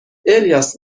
الیاس